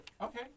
okay